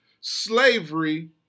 slavery